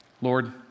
Lord